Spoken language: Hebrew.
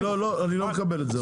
אני לא מקבל את זה.